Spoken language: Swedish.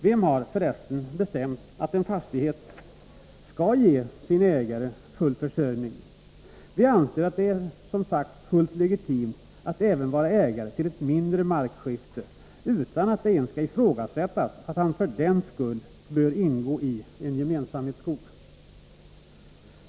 Vem har för resten bestämt att en fastighet skall ge sin ägare full försörjning? Vi anser som sagt att det är fullt legitimt att även vara ägare till ett mindre markskifte, utan att det ens skall ifrågasättas att han för den skull bör ingå i en gemensamhetsskog.